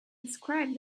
described